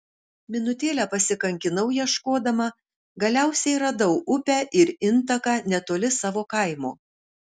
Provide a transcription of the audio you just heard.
minutėlę pasikankinau ieškodama galiausiai radau upę ir intaką netoli savo kaimo